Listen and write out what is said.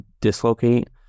dislocate